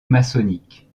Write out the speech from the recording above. maçonnique